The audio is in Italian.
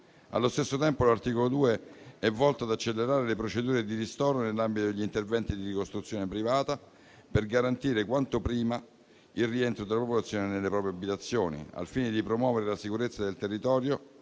Allo stesso tempo, l'articolo 2 è volto ad accelerare le procedure di ristoro nell'ambito degli interventi di ricostruzione privata per garantire quanto prima il rientro della popolazione nelle proprie abitazioni. Al fine di promuovere la sicurezza del territorio